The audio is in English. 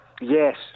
Yes